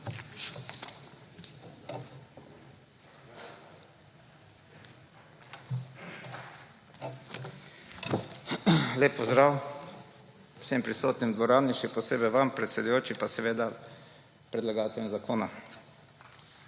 Lep pozdrav vsem prisotnim v dvorani, še posebej vam predsedujoči, pa seveda predlagateljem zakona!